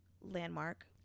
landmark